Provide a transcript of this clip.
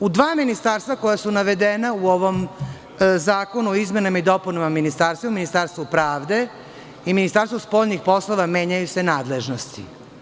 U dva ministarstva koja su navedena u ovom zakonu o izmenama i dopunama Zakona o ministarstvima, Ministarstvu pravde i Ministarstvu spoljnih poslova, menjaju se nadležnosti.